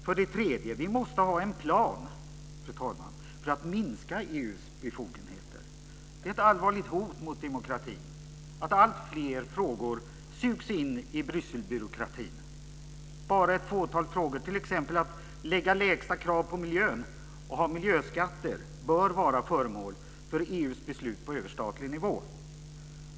För det tredje måste vi ha en plan, fru talman, för att minska EU:s befogenheter. Det är ett allvarligt hot mot demokratin att alltfler frågor sugs in i Brysselbyråkratin. Bara ett fåtal frågor, t.ex. att fastställa lägsta krav för miljön och ha miljöskatter, bör vara föremål för EU:s beslut på överstatlig nivå.